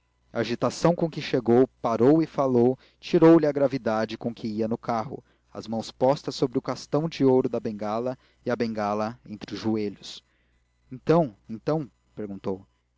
agitação com que chegou parou e falou tirou-lhe a gravidade com que ia no carro as mãos postas sobre o castão de ouro da bengala e a bengala entre os joelhos então então perguntou